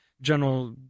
general